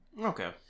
Okay